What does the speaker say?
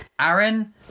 Aaron